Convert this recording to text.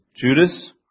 Judas